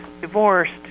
divorced